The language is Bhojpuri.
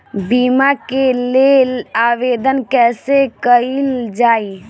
बीमा के लेल आवेदन कैसे कयील जाइ?